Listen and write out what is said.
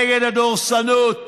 נגד הדורסנות,